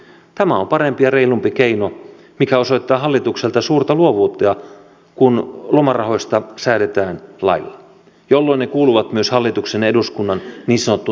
tämä on parempi ja reilumpi keino mikä osoittaa hallitukselta suurta luovuutta kun lomarahoista säädetään lailla jolloin ne kuuluvat myös hallituksen ja eduskunnan niin sanottuun työkalupakkiin